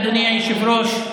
אדוני היושב-ראש,